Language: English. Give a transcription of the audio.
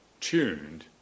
tuned